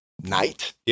night